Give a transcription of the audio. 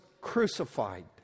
crucified